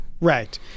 Right